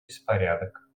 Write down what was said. беспорядок